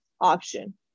option